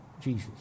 Jesus